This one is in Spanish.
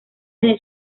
desde